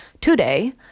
today